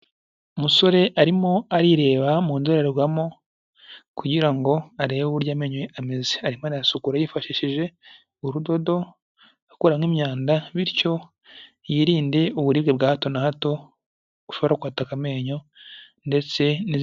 Umusore arimo arireba mu ndorerwamo,, kugira ngo arebe uburyo amenyo ye ameze. Arimo arayasukura yifashishije urudodo akuramo imyanda bityo yirinde uburibwe bwa hato na hato bushobora kwataka amenyo ndetse n'izindi.